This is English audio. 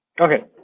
Okay